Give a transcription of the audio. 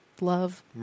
love